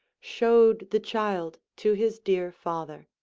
showed the child to his dear father.